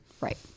right